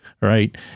right